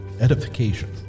edification